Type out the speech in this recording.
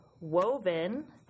woven